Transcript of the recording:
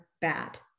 bad